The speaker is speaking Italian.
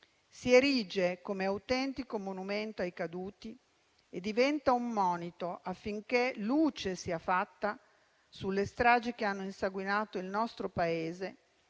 si erige come autentico monumento ai caduti e diventa un monito affinché luce sia fatta sulle stragi che hanno insanguinato il nostro Paese